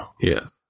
Yes